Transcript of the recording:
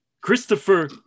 Christopher